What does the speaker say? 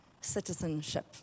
citizenship